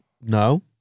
No